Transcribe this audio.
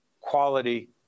quality